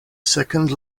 second